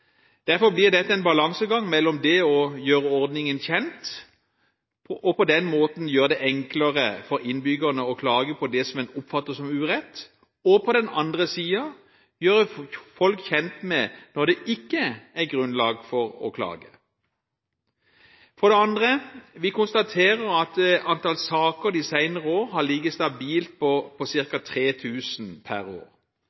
Derfor blir dette en balansegang mellom det å gjøre ordningen kjent, og på den måten gjøre det enklere for innbyggerne å klage på det som en oppfatter som urett, og på den andre siden å gjøre folk kjent med når det ikke er grunnlag for å klage. Vi konstaterer at antall saker de senere år har ligget stabilt på